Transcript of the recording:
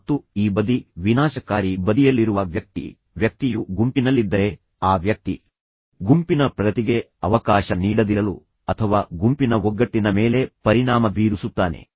ಮತ್ತು ಈ ಬದಿಃ ವಿನಾಶಕಾರಿ ಬದಿಯಲ್ಲಿರುವ ವ್ಯಕ್ತಿ ವ್ಯಕ್ತಿಯು ಗುಂಪಿನಲ್ಲಿದ್ದರೆ ಆ ವ್ಯಕ್ತಿ ಗುಂಪಿನ ಪ್ರಗತಿಗೆ ಅವಕಾಶ ನೀಡದಿರಲು ಪ್ರಯತ್ನಿಸುತ್ತಾನೆ ಅಥವಾ ಗುಂಪಿನ ಒಗ್ಗಟ್ಟಿನ ಮೇಲೆ ಪರಿಣಾಮ ಬೀರುಸುತ್ತಾನೆ